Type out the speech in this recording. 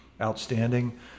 Outstanding